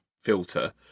filter